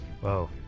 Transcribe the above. whoa